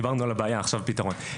דיברנו על הבעיה ועכשיו נגיע לפתרון.